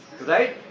Right